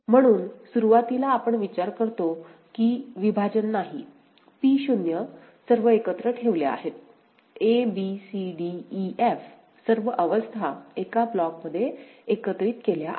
म्हणून सुरुवातीला आपण विचार करतो की विभाजन नाही P0 सर्व एकत्र ठेवले आहेत a b c d e f सर्व अवस्था एका ब्लॉकमध्ये एकत्रित केल्या आहेत